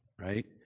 right